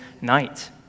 night